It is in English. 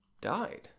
died